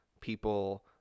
people